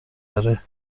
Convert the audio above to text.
داره